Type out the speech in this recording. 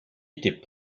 était